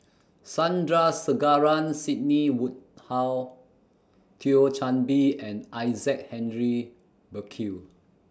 Sandrasegaran Sidney Woodhull Thio Chan Bee and Isaac Henry Burkill